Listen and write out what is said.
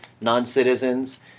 non-citizens